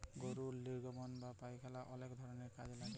গরুর লির্গমল বা পায়খালা অলেক ধরলের কাজে লাগে